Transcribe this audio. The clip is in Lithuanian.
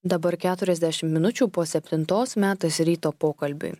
dabar keturiasdešimt minučių po septintos metas ryto pokalbiui